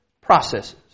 processes